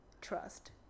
trust